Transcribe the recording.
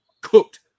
cooked